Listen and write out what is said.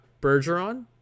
Bergeron